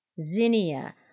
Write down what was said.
zinnia